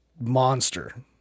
monster